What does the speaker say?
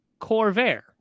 Corvair